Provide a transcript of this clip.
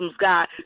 God